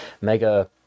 Mega